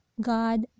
god